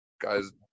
guys